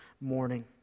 morning